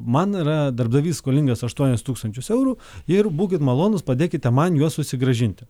man yra darbdavys skolingas aštuonis tūkstančius eurų ir būkit malonūs padėkite man juos susigrąžinti